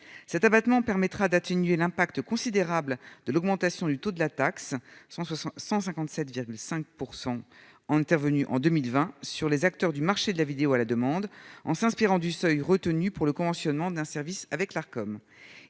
cet abattement permettra d'atténuer l'impact considérable de l'augmentation du taux de la taxe 160 157 5 %% en intervenu en 2020 sur les acteurs du marché de la vidéo à la demande en s'inspirant du seuil retenu pour le conventionnement d'un service avec la comme